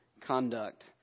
conduct